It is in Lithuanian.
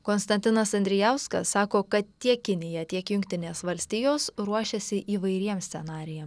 konstantinas andrijauskas sako kad tiek kinija tiek jungtinės valstijos ruošiasi įvairiems scenarijam